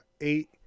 eight